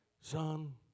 son